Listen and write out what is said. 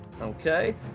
Okay